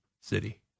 city